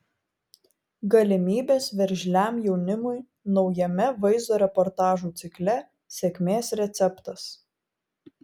galimybės veržliam jaunimui naujame vaizdo reportažų cikle sėkmės receptas